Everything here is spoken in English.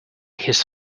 his